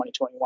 2021